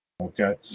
Okay